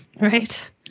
Right